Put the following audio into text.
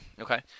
Okay